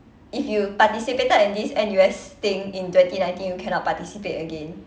if you participated in this N_U_S thing in twenty nineteen you cannot participate again